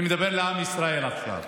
אני מדבר לעם ישראל עכשיו.